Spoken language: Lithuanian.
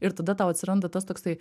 ir tada tau atsiranda tas toksai